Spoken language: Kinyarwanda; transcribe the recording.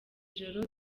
joro